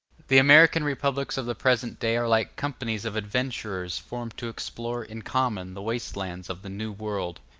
the american republics of the present day are like companies of adventurers formed to explore in common the waste lands of the new world,